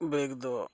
bag